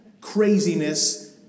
craziness